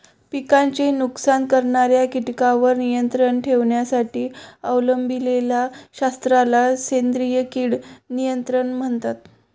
पिकांचे नुकसान करणाऱ्या कीटकांवर नियंत्रण ठेवण्यासाठी अवलंबिलेल्या शास्त्राला सेंद्रिय कीड नियंत्रण म्हणतात